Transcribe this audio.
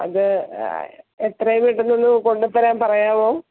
അത് എത്രയും പെട്ടെന്ന് ഒന്ന് കൊണ്ടുത്തരാൻ പറയാമോ